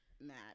Matt